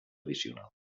addicional